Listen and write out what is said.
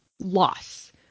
loss